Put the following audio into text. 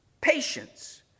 Patience